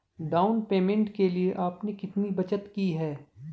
Down payment के लिए आपने कितनी बचत की है?